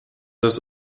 das